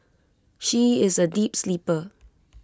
she is A deep sleeper